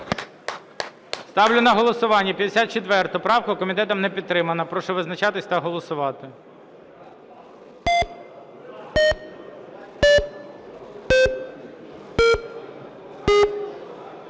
Ставлю на голосування 59 правку. Комітетом вона не підтримана. Прошу визначатися та голосувати.